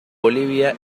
bolivia